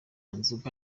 nzoga